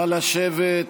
נא לשבת.